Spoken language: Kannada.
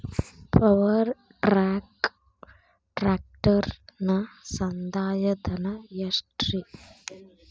ಪವರ್ ಟ್ರ್ಯಾಕ್ ಟ್ರ್ಯಾಕ್ಟರನ ಸಂದಾಯ ಧನ ಎಷ್ಟ್ ರಿ?